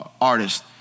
artist